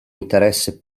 interesse